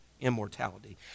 immortality